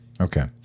Okay